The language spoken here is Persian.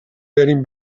بریم